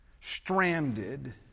Stranded